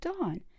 dawn